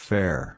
Fair